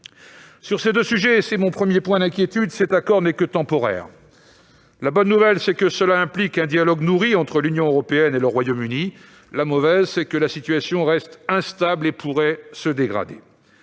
Sur ces deux sujets, et c'est mon premier point d'inquiétude, cet accord n'est que temporaire. La bonne nouvelle est que cela implique un dialogue nourri entre l'Union européenne et le Royaume-Uni ; la mauvaise est que la situation reste instable et pourrait se dégrader.